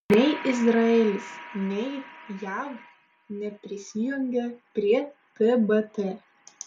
nei izraelis nei jav neprisijungė prie tbt